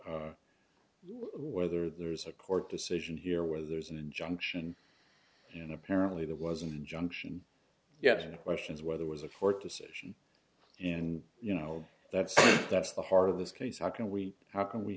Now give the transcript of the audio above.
about whether there's a court decision here where there's an injunction and apparently there was an injunction yes or no questions whether was a fourth decision and you know that's that's the heart of this case how can we how can we